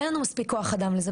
אין לנו מספיק כוח אדם לזה.